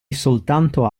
soltanto